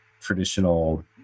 traditional